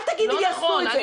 אל תגידי לי עשו את זה.